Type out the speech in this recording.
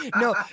no